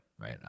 right